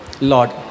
lord